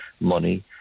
money